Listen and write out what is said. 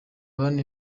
bane